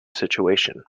situation